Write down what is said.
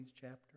chapter